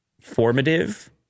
formative